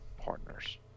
partners